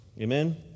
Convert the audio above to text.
Amen